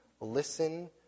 listen